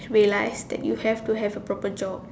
realise that you have to have a proper job